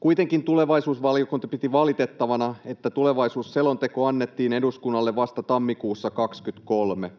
Kuitenkin tulevaisuusvaliokunta piti valitettavana, että tulevaisuusselonteko annettiin eduskunnalle vasta tammikuussa 23.